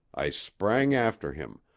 i sprang after him,